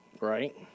right